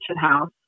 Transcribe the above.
house